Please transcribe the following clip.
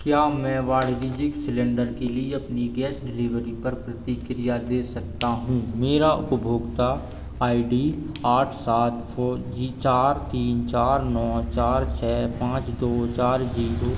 क्या मैं वार्जिजिक सिलिण्डर के लिए अपनी गैस डिलिभरी पर प्रतिक्रिया दे सकता हूँ मेरा उपभोगता आई डी आठ सात फोर जी चार तीन चार न चार छः पाँच दो चार जीरो